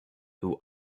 who